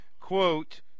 quote